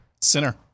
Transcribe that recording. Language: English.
Sinner